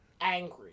angry